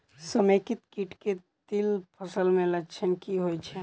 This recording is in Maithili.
समेकित कीट केँ तिल फसल मे लक्षण की होइ छै?